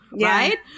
Right